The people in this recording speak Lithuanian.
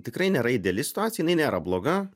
tikrai nėra ideali situacija jinai nėra bloga